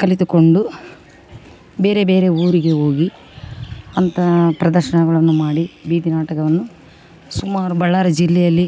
ಕಲಿತುಕೊಂಡು ಬೇರೆ ಬೇರೆ ಊರಿಗೆ ಹೋಗಿ ಅಂತಹ ಪ್ರದರ್ಶನಗಳನ್ನು ಮಾಡಿ ಬೀದಿ ನಾಟಕವನ್ನು ಸುಮಾರು ಬಳ್ಳಾರಿ ಜಿಲ್ಲೆಯಲ್ಲಿ